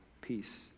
Peace